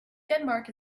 denmark